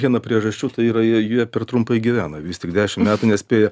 viena priežasčių tai yra jie jie per trumpai gyvena vis tik dešim metų nespėja